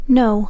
no